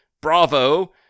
Bravo